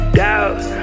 doubt